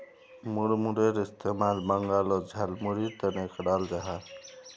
मुड़मुड़ेर इस्तेमाल बंगालोत झालमुढ़ीर तने कराल जाहा